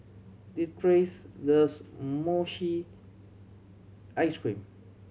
Leatrice loves mochi ice cream